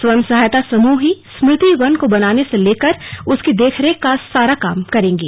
स्वयं सहायता समूह ही स्मृति वन को बनाने से लेकर उसकी देखरेख का सारा काम करेंगे